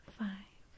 five